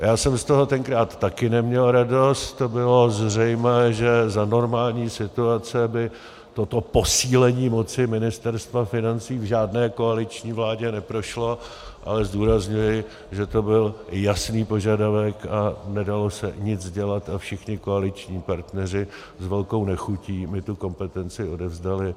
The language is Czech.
Já jsem z toho tenkrát taky neměl radost a bylo zřejmé, že za normální situace by toto posílení moci Ministerstva financí v žádné koaliční vládě neprošlo, ale zdůrazňuji, že to byl jasný požadavek a nedalo se nic dělat a všichni koaliční partneři s velkou nechutí mi tu kompetenci odevzdali.